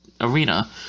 arena